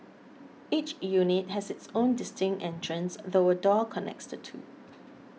each unit has its own distinct entrance though a door connects the two